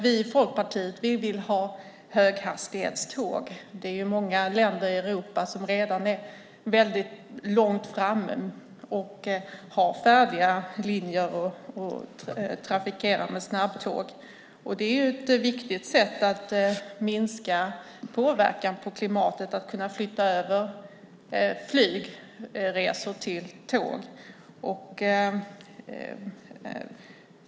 Vi i Folkpartiet vill ha höghastighetståg. Det är många länder i Europa som redan är väldigt långt framme och har färdiga linjer och trafikerar med snabbtåg. Det är ett viktigt sätt att minska påverkan på klimatet att kunna flytta över flygresor till tåg.